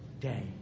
day